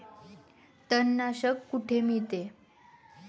तणनाशक कुठे मिळते?